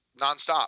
nonstop